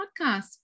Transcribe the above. Podcast